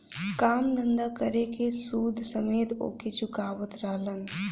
काम धंधा कर के सूद समेत ओके चुकावत रहलन